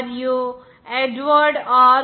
Lewis మరియు Edward are